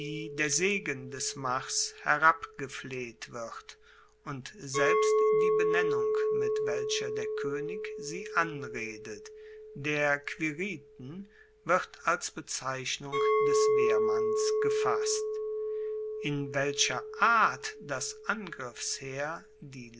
der segen des mars herabgefleht wird und selbst die benennung mit welcher der koenig sie anredet der quiriten wird als bezeichnung des wehrmanns gefasst in welcher art das angriffsheer die